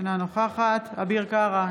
אינה נוכחת אביר קארה,